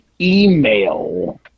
email